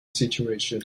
situation